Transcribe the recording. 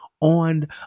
on